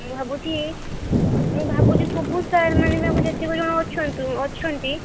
ମୁଁ ଭାବୁଛି ମୁଁ ଭାବୁଛି ସବୁ ସାର୍ ମାନେ ବି ଆମେ ଯେତିକି ଜଣ ଅଛନ୍ତୁ ଅଛନ୍ତି